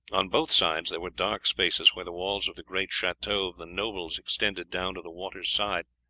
on both sides there were dark spaces where the walls of the great chateaux of the nobles extended down to the water's side,